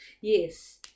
Yes